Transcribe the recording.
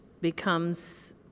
becomes